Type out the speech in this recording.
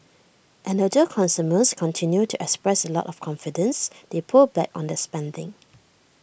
and although consumers continued to express A lot of confidence they pulled back on their spending